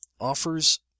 offers